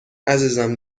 عزیزم